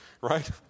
right